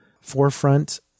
forefront